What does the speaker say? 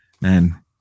man